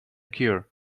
cure